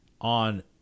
on